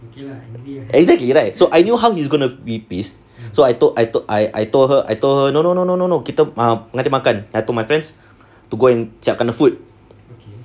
exactly right so I knew how he's going to be pissed so I told I told I told her I told her no no no no no no kita pengantin makan then I told my friends to go and siapkan the food